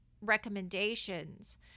recommendations